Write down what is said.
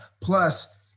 plus